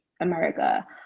America